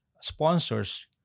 sponsors